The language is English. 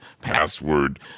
Password